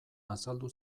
azaldu